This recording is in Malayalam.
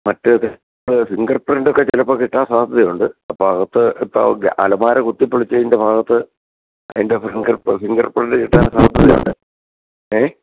മറ്റേ ഫിംഗർപ്രിൻറ്റൊക്കെ ചിലപ്പോൾ കിട്ടാൻ സാധ്യതയുണ്ട് അപ്പോൾ അകത്ത് കിട്ടാവുന്ന അലമാര കുത്തിപൊളിച്ചതിൻ്റെ ഭാഗത്ത് അതിൻ്റെ ഫിംഗർ ഫിംഗർ പ്രിൻറ്റ് കിട്ടാൻ സാധ്യതയുണ്ട് ഏ